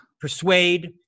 persuade